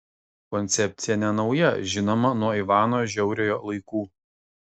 koncepcija nenauja žinoma nuo ivano žiauriojo laikų